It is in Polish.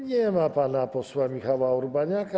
Nie ma pana posła Michała Urbaniaka.